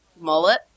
mullet